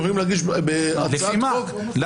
יכולים להגיש הצעת חוק לפיזור הכנסת.